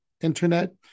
internet